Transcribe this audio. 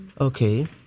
Okay